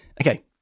Okay